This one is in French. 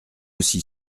aussi